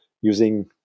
using